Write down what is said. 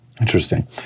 Interesting